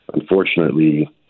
Unfortunately